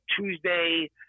Tuesday